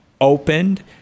opened